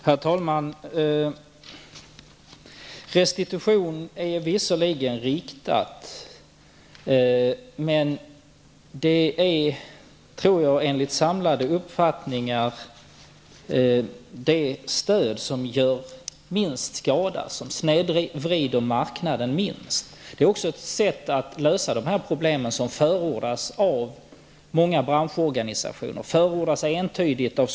Herr talman! Restitution är visserligen ett riktat stöd, men jag tror att det enligt samlade uppfattningar är det stöd som gör minst skada, som minst snedvrider marknaden. Det är också ett sätt att lösa problem som många branschorganisationer förordar, som skogsägarna entydigt förordar.